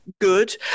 good